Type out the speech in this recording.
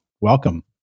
welcome